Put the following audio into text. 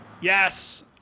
Yes